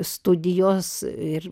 studijos ir